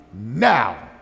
now